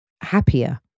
happier